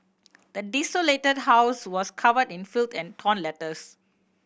the desolated house was covered in filth and torn letters